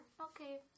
Okay